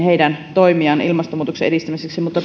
toimia ilmastonmuutoksen edistämiseksi mutta